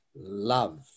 love